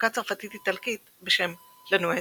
הפקה צרפתית-איטלקית בשם La Nuit